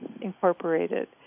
Incorporated